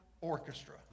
orchestra